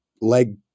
leg